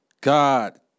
God